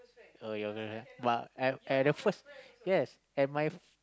oh your don't have but at at the first yes at my